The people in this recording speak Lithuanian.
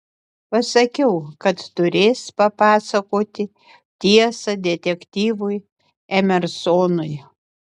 pasakiau kad turės papasakoti tiesą detektyvui emersonui